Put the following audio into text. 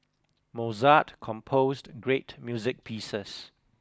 Mozart composed great music pieces